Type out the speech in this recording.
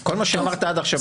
מאורגן, כל מה שאמרת עד עכשיו.